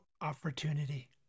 opportunity